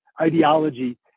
ideology